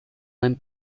buen